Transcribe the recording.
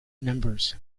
numbers